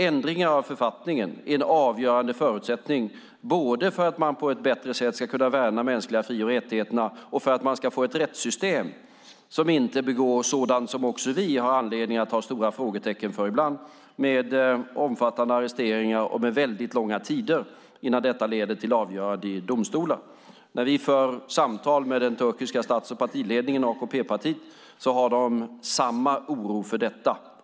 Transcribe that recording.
Ändringar av författningen är en avgörande förutsättning både för att man på ett bättre sätt ska kunna värna de mänskliga fri och rättigheterna och för att man ska få ett rättssystem som inte begår sådant som också vi har anledning att ha stora frågetecken för ibland. Det handlar om omfattande arresteringar och väldigt långa tider innan detta leder till avgörande i domstolar. När vi för samtal med den turkiska stats och partiledningen och AKP har de samma oro för detta.